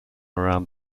around